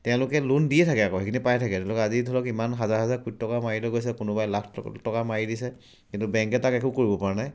তেওঁলোকে লোন দিয়ে থাকে আকৌ সেইখিনিয়ে পায়ে থাকে ধৰি লওক তেওঁলোক আজি ধৰি লওক ইমান হাজাৰ হাজাৰ কোটি টকা মাৰি লৈ গৈছে কোনোবাই লাখ টকা মাৰি দিছে কিন্তু বেংকে তাক একো কৰিবপৰা নাই